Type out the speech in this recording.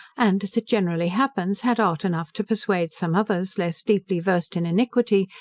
and, as it generally happens, had art enough to persuade some others, less deeply versed in iniquity,